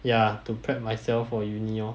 ya to prepare myself for university orh